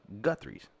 Guthrie's